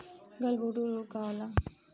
गलघोटू रोग का होला?